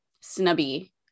snubby